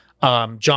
John